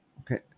Okay